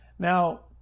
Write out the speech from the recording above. Now